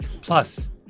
Plus